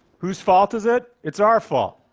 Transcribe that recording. whose fault is it? it's our fault.